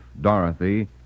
Dorothy